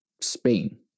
Spain